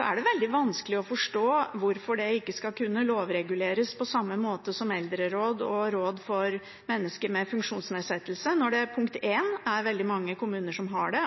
er det veldig vanskelig å forstå hvorfor det ikke skal kunne lovreguleres på samme måte som eldreråd og råd for mennesker med funksjonsnedsettelse når det – punkt 1– er veldig mange kommuner som har det.